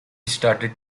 started